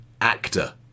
Actor